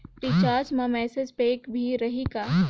Recharge मा message pack भी रही का?